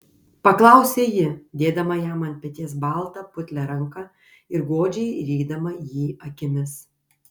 paklausė ji dėdama jam ant peties baltą putlią ranką ir godžiai rydama jį akimis